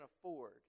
afford